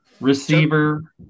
receiver